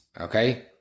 okay